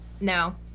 No